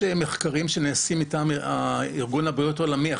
מחקרים שנעשו מטעם ארגון הבריאות העולמי,